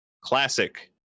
classic